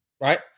right